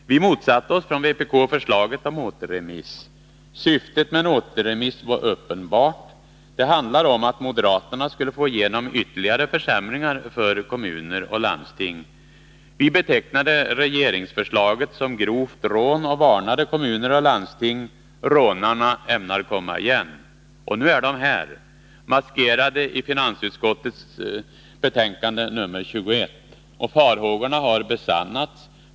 Vi motsatte oss från vpk förslaget om återremiss. Syftet med en återremiss var uppenbart. Det handlade om att moderaterna skulle få igenom ytterligare försämringar för kommuner och landsting. Vi betecknade regeringsförslaget som grovt rån och varnade kommuner och landsting: Rånarna ämnar komma igen! Nu är de här, maskerade i finansutskottets betänkande nr 21. Farhågorna har besannats.